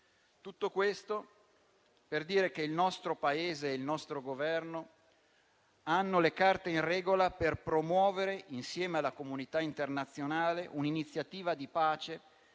Tutto questo per dire che il nostro Paese e il nostro Governo hanno le carte in regola per promuovere, insieme alla comunità internazionale, un'iniziativa di pace